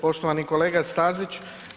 Poštovani kolega Stazić.